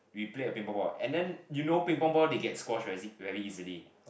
we play a Ping Pong ball and then you know Ping Pong ball they get squash very very easily